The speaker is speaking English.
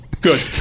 good